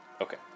Okay